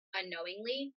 unknowingly